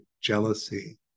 jealousy